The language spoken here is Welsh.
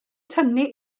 tynnu